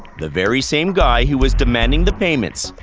the very same guy who was demanding the payments,